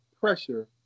pressure